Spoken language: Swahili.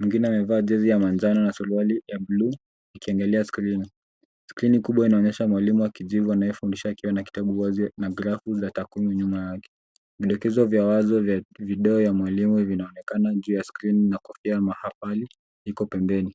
Mwingine amevaa jezi ya manjano na suruali ya buluu akiangalia skrini. Skrini kubwa inaonyesha mwalimu wa kijivu anayefundisha akiwa na kitabu wazi na grafu za takwimu nyuma yake. Vidokezo vya wazi vya video ya mwalimu vinaonekana juu ya skrini na kofia ya mahafali iko pembeni.